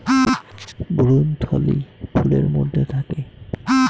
ভ্রূণথলি ফুলের মধ্যে থাকে